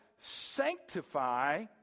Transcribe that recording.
sanctify